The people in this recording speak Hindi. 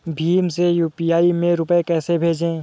भीम से यू.पी.आई में रूपए कैसे भेजें?